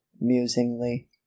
musingly